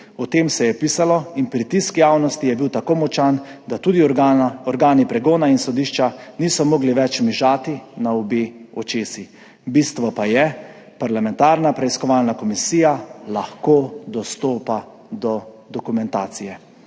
O tem se je pisalo in pritisk javnosti je bil tako močan, da tudi organi pregona in sodišča niso mogli več mižati na obe očesi. Bistvo pa je, parlamentarna preiskovalna komisija lahko dostopa do dokumentacije.